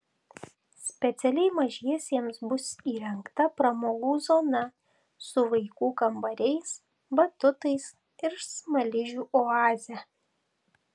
specialiai mažiesiems bus įrengta pramogų zona su vaikų kambariais batutais ir smaližių oaze